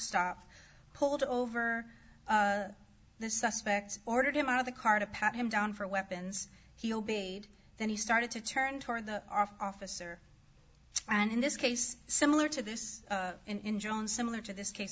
stop pulled over the suspect ordered him out of the car to pat him down for weapons he obeyed then he started to turn toward the officer and in this case similar to this in jones similar to this case